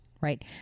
right